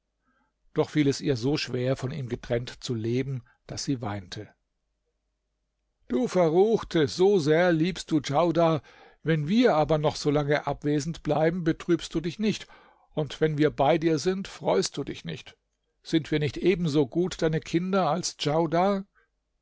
doch fiel es ihr so schwer von ihm getrennt zu leben daß sie weinte du verruchte so sehr liebst du djaudar wenn wir aber noch solange abwesend bleiben betrübst du dich nicht und wenn wir bei dir sind freust du dich nicht sind wir nicht ebenso gut deine kinder als